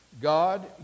God